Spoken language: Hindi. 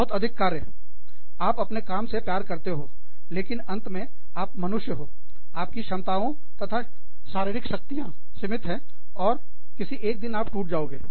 बहुत अधिक कार्य आप अपने काम से प्यार करते हो लेकिन अंत में आप मनुष्य हो आपकी क्षमताओं तथा शारीरिक शक्तियां सीमित है और किसी एक दिन आप टूट जाओगे